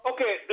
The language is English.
Okay